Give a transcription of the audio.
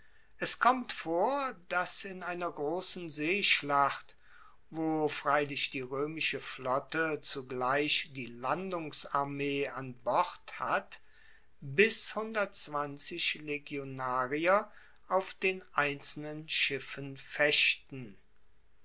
es kommt vor dass in einer grossen seeschlacht wo freilich die roemische flotte zugleich die landungsarmee an bord hat bis legionarier auf den einzelnen schiffen fechten